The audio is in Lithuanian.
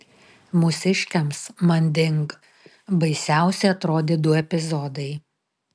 mūsiškiams manding baisiausi atrodė du epizodai